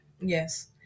Yes